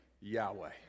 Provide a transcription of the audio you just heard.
Yahweh